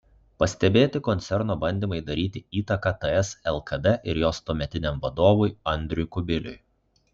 pastebėti koncerno bandymai daryti įtaką ts lkd ir jos tuometiniam vadovui andriui kubiliui